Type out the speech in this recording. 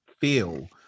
feel